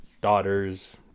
daughters